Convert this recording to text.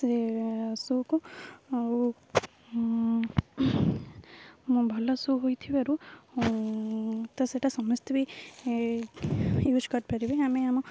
ସେ ସୁ'କୁ ଆଉ ଭଲ ସୁ ହୋଇଥିବାରୁ ତ ସେଟା ସମସ୍ତେ ବି ୟୁଜ୍ କରିପାରିବି ଆମେ ଆମ